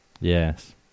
Yes